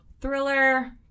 thriller